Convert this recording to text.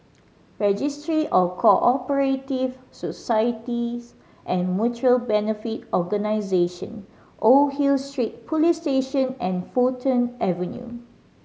Registry of Co Operative Societies and Mutual Benefit Organisation Old Hill Street Police Station and Fulton Avenue